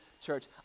church